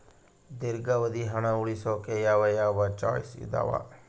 ದೇರ್ಘಾವಧಿ ಹಣ ಉಳಿಸೋಕೆ ಯಾವ ಯಾವ ಚಾಯ್ಸ್ ಇದಾವ?